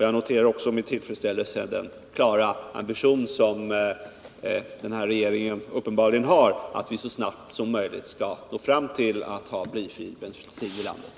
Jag noterar också med tillfredsställelse den klara ambition som den här regeringen har, nämligen att vi så snart som möjligt skall nå fram till att ha blyfri bensin i landet.